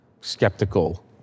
skeptical